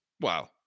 Wow